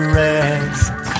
rest